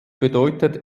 bedeutet